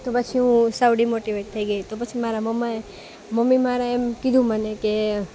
તો પછી હું સાવ ડીમોટીવેટ થઈ ગઈ તો પછી મારા મમાએ મમ્મી મારા એમ કીધું પછી કે